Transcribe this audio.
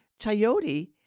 chayote